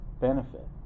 benefit